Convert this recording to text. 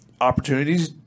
opportunities